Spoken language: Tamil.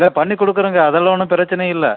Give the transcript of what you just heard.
பண்ணிக்கொடுக்குறோங்க அதெல்லாம் ஒன்றும் பிரச்சினை இல்லை